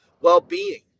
well-being